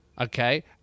okay